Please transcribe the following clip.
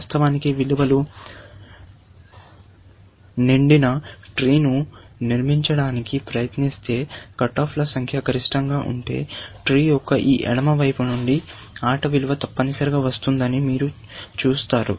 వాస్తవానికి విలువలు నిండిన ట్రీను నిర్మించడానికి ప్రయత్నిస్తే కట్ ఆఫ్ల సంఖ్య గరిష్టంగా ఉంటే ట్రీ యొక్క ఈ ఎడమ వైపు నుండి ఆట విలువ తప్పనిసరిగా వస్తుందని మీరు చూస్తారు